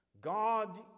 God